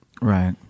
right